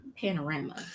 Panorama